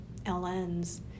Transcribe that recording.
LNs